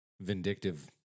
vindictive